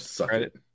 Credit